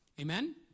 Amen